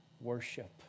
worship